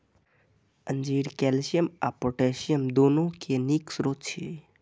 अंजीर कैल्शियम आ पोटेशियम, दुनू के नीक स्रोत छियै